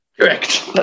Correct